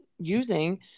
using